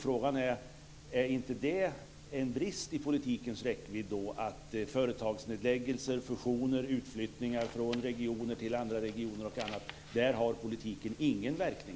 Frågan är: Är det då inte en brist i politikens räckvidd att politikens verkningskrets inte omfattar företagsnedläggelser, fusioner, utflyttningar från en region till en annan?